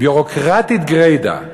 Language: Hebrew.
ביורוקרטית גרידא.